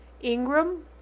Ingram